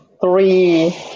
three